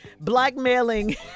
blackmailing